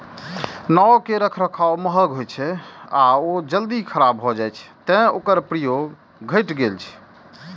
नाव के रखरखाव महग होइ छै आ ओ जल्दी खराब भए जाइ छै, तें ओकर प्रयोग घटि गेल छै